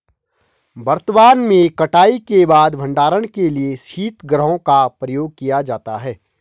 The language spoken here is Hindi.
वर्तमान में कटाई के बाद भंडारण के लिए शीतगृहों का प्रयोग किया जाता है